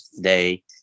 day